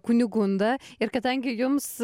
kunigunda ir kadangi jums